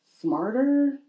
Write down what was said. smarter